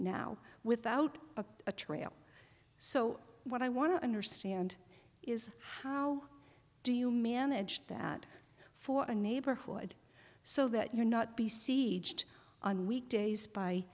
now without a trail so what i want to understand is how do you manage that for a neighborhood so that you're not be sieged on weekdays by